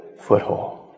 foothold